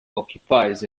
occupies